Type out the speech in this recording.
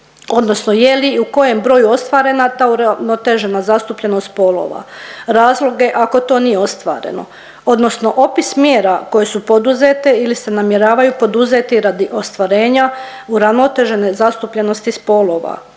odnosno je li i u kojem broju ostvarena ta uravnoteženost zastupljenost spolova, razloge ako to nije ostvareno odnosno opis mjera koje su poduzete ili se namjeravaju poduzeti radi ostvarenja uravnotežene zastupljenosti spolova